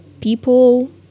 people